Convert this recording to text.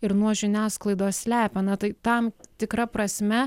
ir nuo žiniasklaidos slepia na tai tam tikra prasme